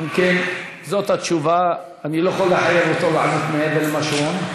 אם תהיה אותה עזיבה של גוש-קטיף וצפון השומרון?